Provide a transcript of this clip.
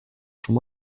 schon